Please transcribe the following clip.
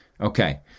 Okay